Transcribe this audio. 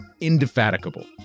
indefatigable